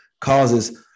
causes